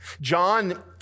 John